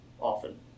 often